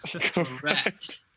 Correct